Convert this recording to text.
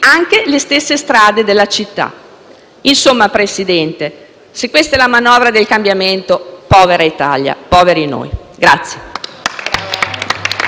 Insomma, signor Presidente, se questa è la manovra del cambiamento, povera Italia! Poveri noi!